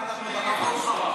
אנחנו תקפנו אותך?